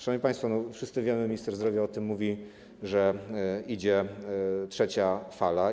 Szanowni państwo, wszyscy wiemy, minister zdrowia o tym mówi, że idzie trzecia fala.